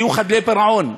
יהיו חדלי פירעון.